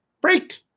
break